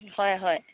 হয় হয়